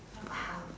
!wow!